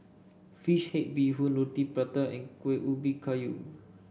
Fish Head Bee Hoon Roti Prata and Kuih Ubi Kayu